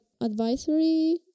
advisory